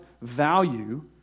value